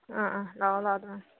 ꯑꯪ ꯑꯪ ꯂꯥꯛꯑꯣ ꯂꯥꯛꯑꯣ